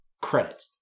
Credit